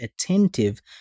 attentive